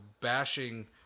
bashing